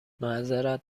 معذرت